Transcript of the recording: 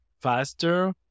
faster